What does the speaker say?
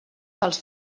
dels